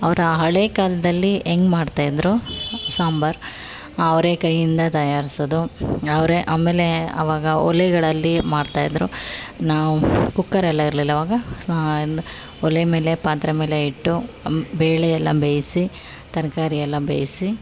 ಅವರು ಆ ಹಳೇ ಕಾಲದಲ್ಲಿ ಹೇಗ್ ಮಾಡ್ತಾ ಇದ್ದರು ಸಾಂಬಾರ್ ಅವರೇ ಕೈಯಿಂದ ತಯಾರಿಸೋದು ಅವರೇ ಆಮೇಲೆ ಅವಾಗ ಒಲೆಗಳಲ್ಲಿ ಮಾಡ್ತಾ ಇದ್ದರು ನಾವು ಕುಕ್ಕರ್ ಎಲ್ಲ ಇರಲಿಲ್ಲ ಅವಾಗ ಒಲೆ ಮೇಲೆ ಪಾತ್ರೆ ಮೇಲೆ ಇಟ್ಟು ಬೇಳೆ ಎಲ್ಲ ಬೇಯಿಸಿ ತರಕಾರಿ ಎಲ್ಲ ಬೇಯಿಸಿ